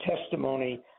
testimony